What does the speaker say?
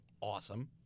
awesome